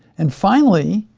and finally,